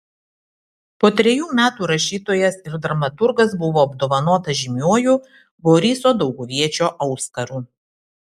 po trejų metų rašytojas ir dramaturgas buvo apdovanotas žymiuoju boriso dauguviečio auskaru